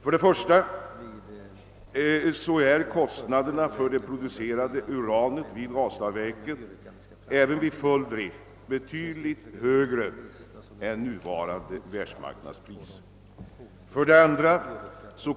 För det första är kostnaderna för det producerade uranet vid Ranstadsverket även vid full drift betydligt högre än nuvarande världsmarknadspris. För det andra